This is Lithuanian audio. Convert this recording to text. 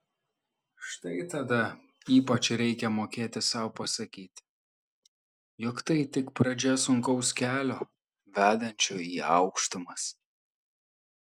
štai tada ypač reikia mokėti sau pasakyti jog tai tik pradžia sunkaus kelio vedančio į aukštumas